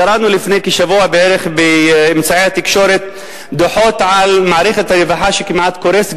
קראנו לפני כשבוע באמצעי התקשורת דוחות על מערכת רווחה שכמעט קורסת,